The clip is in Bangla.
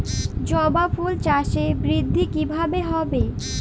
জবা ফুল চাষে বৃদ্ধি কিভাবে হবে?